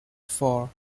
four